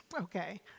Okay